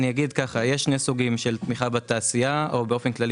יש שני סוגים של תמיכה בתעשייה או באופן כללי